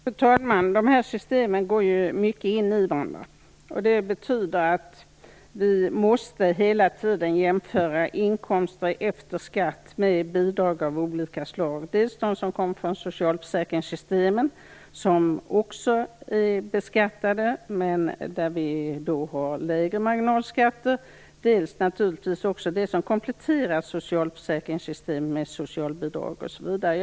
Fru talman! Dessa system går mycket in i varandra. Det betyder att vi hela tiden måste jämföra inkomster efter skatt med bidrag av olika slag. Det finns inkomster från socialförsäkringssystemen som också är beskattade, men där marginalskatterna är lägre. Det finns naturligtvis också de som kompletterar socialförsäkringssystemen med socialbidrag osv.